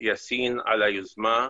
היוזמה,